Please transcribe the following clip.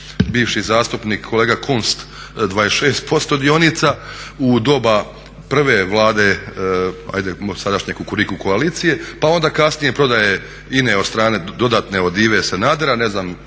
bivši zastupnik kolega Kunst 26% dionica u doba prve Vlade, sadašnje Kukuriku koalicije pa onda kasnije prodaje INA-e od strane dodatne od Ive Sanadera, ne znam